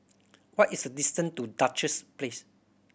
what is the distance to Duchess Place